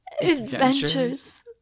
Adventures